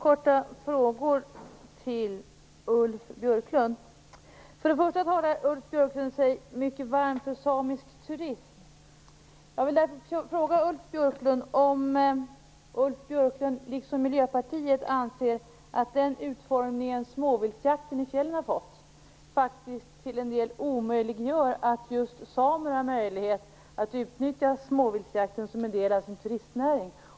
Fru talman! Jag har två korta frågor till Ulf Björklund. För det första talar Ulf Björklund sig mycket varm för samisk turism. Jag vill därför fråga Ulf Björklund om han, liksom Miljöpartiet, anser att den utformning småviltsjakten i fjällen har fått faktiskt till en del omöjliggör för samerna att utnyttja småviltsjakten som en del av sin turistnäring.